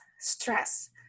stress